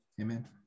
Amen